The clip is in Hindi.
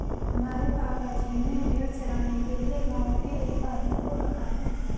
हमारे पापा जी ने भेड़ चराने के लिए गांव के एक आदमी को रखा है